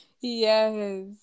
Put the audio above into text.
Yes